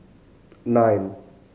nine